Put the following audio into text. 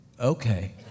okay